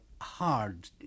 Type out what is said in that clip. hard